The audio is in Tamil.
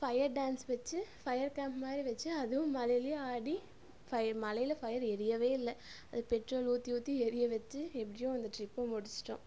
ஃபயர் டான்ஸ் வச்சு ஃபயர் கேம்ப் மாதிரி வச்சு அதுவும் மழையிலையே ஆடி ஃபயர் மழையில் ஃபயர் எரியவே இல்லை அது பெட்ரோல் ஊற்றி ஊற்றி எரிய வச்சு எப்படியோ அந்த ட்ரிப்பை முடிச்சுட்டோம்